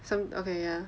some okay ya